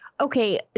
Okay